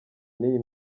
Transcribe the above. n’iyi